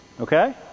Okay